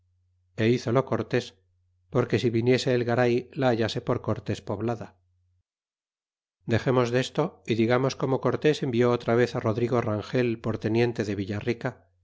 hizolo cortés porque si viniese el garay la hallase por cortés poblada dexemos desto y digamos como cortés envió otra vez á rodrigo rangel por te niente de villa rica